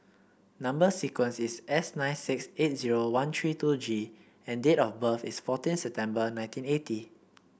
number sequence is S nine six eight zero one three two G and date of birth is fourteen September nineteen eighty